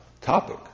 topic